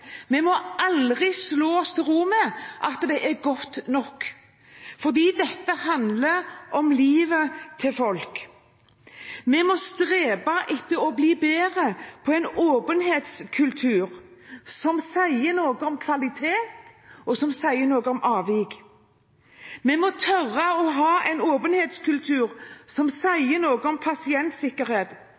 Vi må aldri slå oss til ro med at det er godt nok, fordi dette handler om livet til folk. Vi må strebe etter å bli bedre, med en åpenhetskultur som sier noe om kvalitet, og som sier noe om avvik. Vi må tørre å ha en åpenhetskultur som sier noe om pasientsikkerhet.